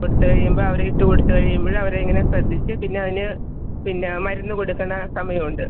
കൊടുത്ത് കഴിയുമ്പോൾ അവർ ഇട്ട് കൊടുത്ത് കഴിയുമ്പോൾ അവരെ ഇങ്ങനെ ശ്രദ്ധിച്ച് പിന്നെ അതിന് പിന്നെ മരുന്ന് കൊടുക്കുന്ന സമയം ഉണ്ട്